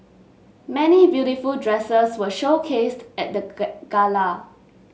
many beautiful dresses were showcased at the gala